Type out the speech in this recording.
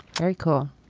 very cool.